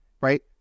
right